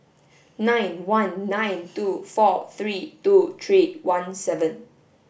nine one nine two four three two three one seven